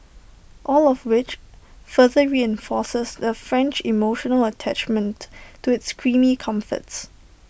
all of which further reinforces the French emotional attachment to its creamy comforts